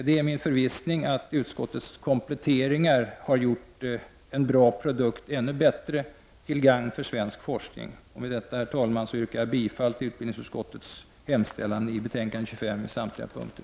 Det är min förvissning att utskottets kompletteringar har gjort en bra produkt ännu bättre, till gagn för svensk forskning. Med detta, fru talman, yrkar jag bifall till utbildningsutskottets hemställan i betänkande 25 på samtliga punkter.